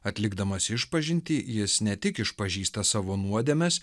atlikdamas išpažintį jis ne tik išpažįsta savo nuodėmes